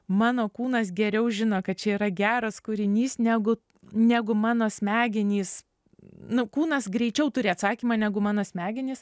mano kūnas geriau žino kad čia yra geras kūrinys negu negu mano smegenys nu kūnas greičiau turi atsakymą negu mano smegenys